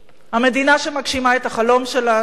המדינה שמגשימה את החלום שלנו,